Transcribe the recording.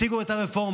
הציגו את הרפורמה.